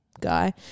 guy